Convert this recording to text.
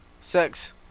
sex